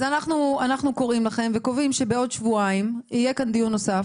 אז אנחנו קוראים לכם וקובעים שבעוד שבועיים יהיה כאן דיון נוסף.